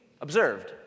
observed